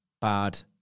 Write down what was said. bad